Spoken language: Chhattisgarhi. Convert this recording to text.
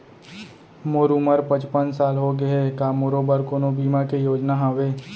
मोर उमर पचपन साल होगे हे, का मोरो बर कोनो बीमा के योजना हावे?